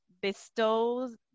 bestows